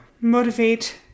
motivate